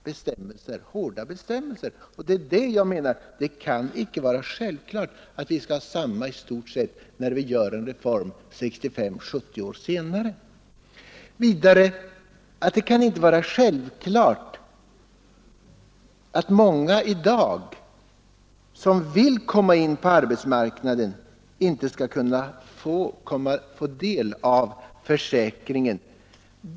Herr talman! Inrikesministern ville göra gällande att jag förordade de bestämmelser som nu gäller i Norge. Nej, inte på något sätt. Vad jag framhöll var att det inte kan vara självklart att vi skall ha i stort sett samma hårda villkor för erhållande av ersättning från kassorna som man hade i Europa och i våra nordiska grannländer kring sekelskiftet, när vi nu genomför en reform 65—70 år senare. Vidare kan det inte vara självklart att många som i dag vill komma in på arbetsmarknaden inte skall kunna få del av försäkringen.